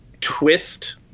twist